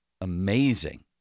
Amazing